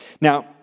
Now